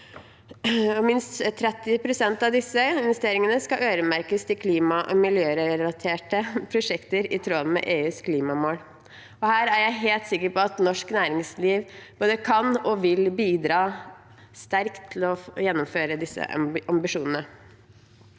Minst 30 pst. av disse investeringene skal øremerkes til klima- og miljørelaterte prosjekter i tråd med EUs klimamål. Her er jeg helt sikker på at norsk næringsliv både kan og vil bidra sterkt til å gjennomføre disse ambisjonene.